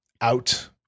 out